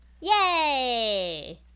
yay